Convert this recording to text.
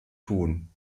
tun